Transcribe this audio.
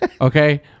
okay